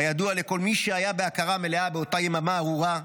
כידוע לכל מי שהיה בהכרה מלאה באותה יממה ארורה,